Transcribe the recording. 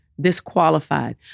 disqualified